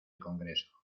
congreso